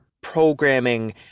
programming